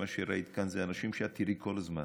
מה שראית כאן זה האנשים שאת תראי כל הזמן